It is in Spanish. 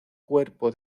cuerpo